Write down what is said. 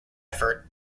effort